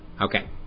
okay